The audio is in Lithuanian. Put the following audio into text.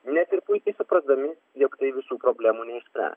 net ir puikiai suprasdami jog tai visų problemų neišsprę